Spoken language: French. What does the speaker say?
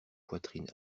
poitrines